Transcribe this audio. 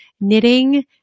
knitting